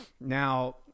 Now